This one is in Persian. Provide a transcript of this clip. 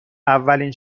اولین